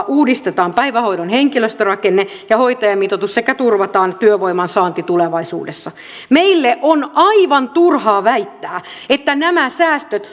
uudistetaan päivähoidon henkilöstörakenne ja hoitajamitoitus sekä turvataan työvoiman saanti tulevaisuudessa meille on aivan turhaa väittää että nämä säästöt